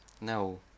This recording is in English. No